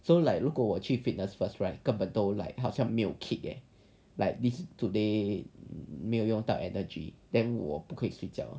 so like 如果我去 fitness first right 根本都 like 好像没有 kick leh like this today 没有用到 energy then 我不可以睡觉